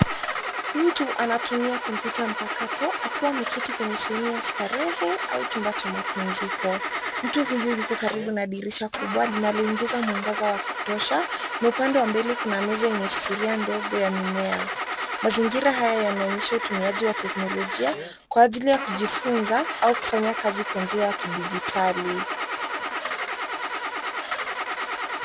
Mtu anatumia computer mpakato, akiwa ameketi kwenye sehemu ya starehe, au chumba cha mapumziko. Mtu huyu yuko karibu na dirisha kubwa linaloingiza mwangaza wa kutosha, na upande wa mbele kuna meza yenye sufuria ndogo ya mimea. Mazingira haya yanaonyesha utumiaji wa teknolojia, kwa ajili ya kujifunza au kufanya kazi kwa njia ya kidijitali.